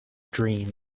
dream